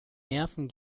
nerven